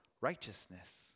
righteousness